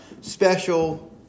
special